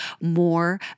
more